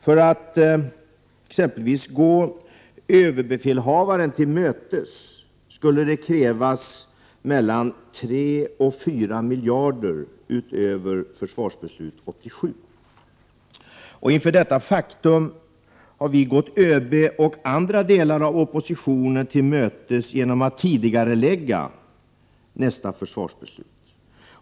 För att t.ex. gå överbefälhavaren till mötes skulle det krävas 3—4 miljarder utöver vad försvarsbeslutet 1987 innebar. Inför detta faktum har vi gått ÖB och andra delar av oppositionen till mötes genom att tidigarelägga nästa försvarsbeslut.